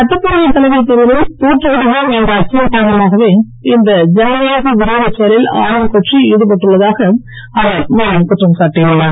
சட்டப்பேரவைத் தலைவர் தேர்தலில் தோற்றுவிடுவோம் என்ற அச்சம் காரணமாகவே இந்த ஜனநாயக விரோதச் செயலில் ஆளும்கட்சி ஈடுபட்டு உள்ளதாக அவர் மேலும் குற்றம் சாட்டியுள்ளார்